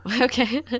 okay